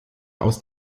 aus